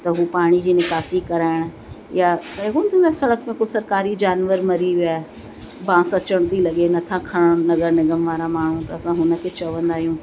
त हू पाणी जी निकासी कराइण या त हू कोन थींदो आहे सड़क ते कुझु सरकारी जानवर मरी वियो आहे बांस अचण थी लॻे नथा खणनि नगर निगम वारा माण्हू त असां हुन खे चवंदा आहियूं